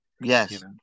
yes